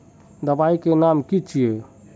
दबाई के नाम की छिए?